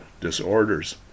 disorders